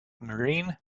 marine